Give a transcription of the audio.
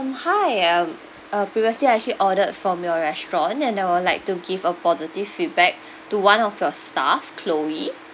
um hi I'm uh previously I actually ordered from your restaurant and I'll like to give a positive feedback to one of your staff chloe